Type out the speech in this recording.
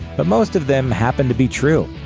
but most of them happen to be true.